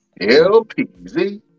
LPZ